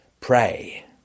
Pray